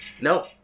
No